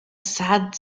sad